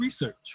research